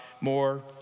more